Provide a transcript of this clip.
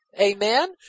amen